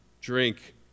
drink